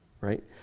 Right